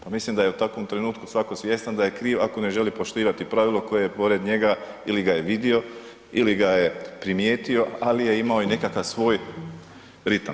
Pa mislim da je u takvom trenutku svatko svjestan da je kriv ako ne želi poštivati pravilo koje je pored njega ili ga je vidio ili ga je primijetio ali je imao i nekakav svoj ritam.